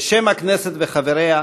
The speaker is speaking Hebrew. בשם הכּנסת וחבריה,